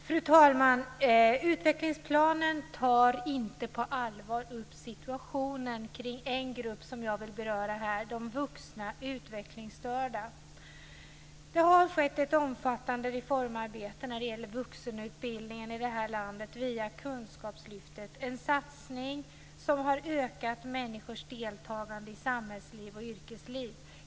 Fru talman! Utvecklingsplanen tar inte på allvar upp situationen kring en grupp som jag vill beröra här, nämligen de vuxna utvecklingsstörda. Det har skett ett omfattande reformarbete när det gäller vuxenutbildningen i det här landet via kunskapslyftet. Det är en satsning som har ökat människors deltagande i samhällsliv och yrkesliv.